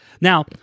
Now